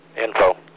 Info